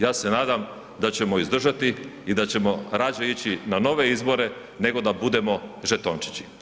Ja se nadam da ćemo izdržati i da ćemo rađe ići na nove izbore nego da budemo žetončići.